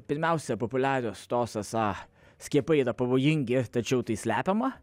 pirmiausia populiarios tos esą skiepai yra pavojingi tačiau tai slepiama